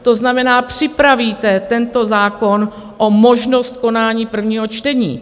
To znamená, připravíte tento zákon o možnost konání prvního čtení.